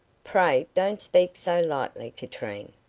pray don't speak so lightly, katrine.